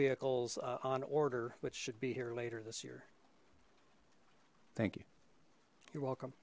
vehicles on order which should be here later this year thank you you're welcome